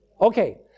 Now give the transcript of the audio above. Okay